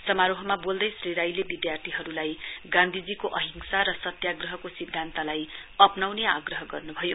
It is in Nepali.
समारोहमा बोल्दै श्री राईले विध्यार्थीहरूलाई गान्धीजीको अहिंसा र सत्याग्रहको सिद्धान्तलाई आप्नाउने आग्रह गर्नुभयो